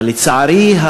אבל לצערי,